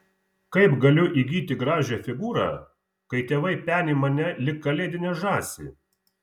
kaip galiu įgyti gražią figūrą kai tėvai peni mane lyg kalėdinę žąsį